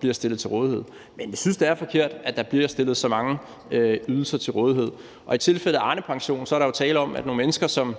bliver stillet til rådighed, men vi synes, det er forkert, at der bliver stillet så mange ydelser til rådighed. Og i tilfældet Arnepension er der jo tale om, at nogle mennesker, som